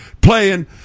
playing